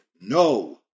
No